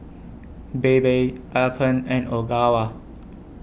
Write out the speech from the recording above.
Bebe Alpen and Ogawa